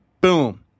Boom